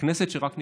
כנסת שרק נבחרה,